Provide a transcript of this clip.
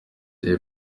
jay